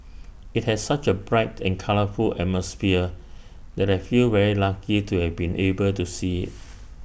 IT has such A bright and colourful atmosphere that I feel very lucky to have been able to see IT